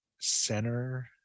center